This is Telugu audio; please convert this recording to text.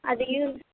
అది